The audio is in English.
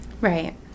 Right